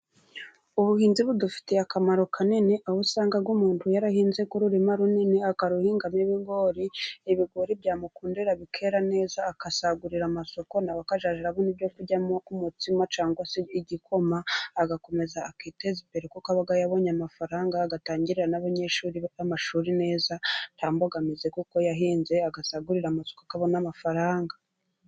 Ubuhinzi budufitiye akamaro kanini aho usanga umuntu yarahinze nk'ururima runini akaruhingamo ibigori byamukundira bikera neza akasagurira amasoko nawe akazajya arabona ibyo kuryamo umutsima cyangwa se igikoma, agakomeza akiteza imbere kuko aba yabonye amafaranga agatangira n'abanyeshuri bafite amashuri neza nta mbogamizi kuko yahinze agasagurira amasoko akabona amafaranga.